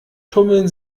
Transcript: tummeln